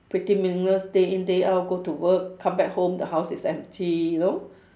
pretty meaningless day in day out go to work come back home the house is empty you know